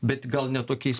bet gal ne tokiais